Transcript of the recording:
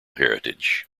heritage